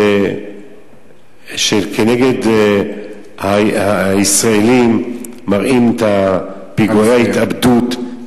שכנגד הישראלים מראים את פיגועי ההתאבדות,